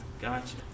Gotcha